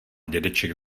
dědeček